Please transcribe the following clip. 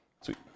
Sweet